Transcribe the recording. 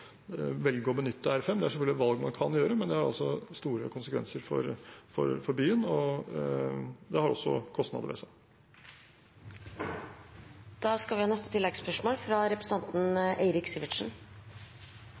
velge å benytte R5. Det er selvfølgelig et valg man kan gjøre, men det har store konsekvenser for byen, og det har også kostnader ved seg. Eirik Sivertsen – til oppfølgingsspørsmål. La meg benytte anledningen til først å si takk til alle herværende representanter fra